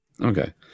Okay